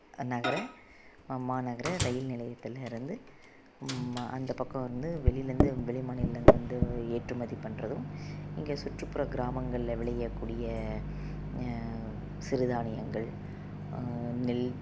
நகர ஆ மாநகர ரயில் நிலையத்தில் இருந்து அந்த பக்கம் வந்து வெளிலருந்து வெளி மாநிலங்கலேருந்து ஏற்றுமதி பண்றதும் இங்கே சுற்றுப்புற கிராமங்களில் விளையக்கூடிய சிறு தானியங்கள் நெல்